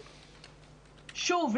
שוב,